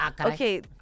Okay